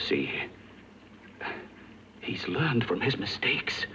see he's learned from his mistakes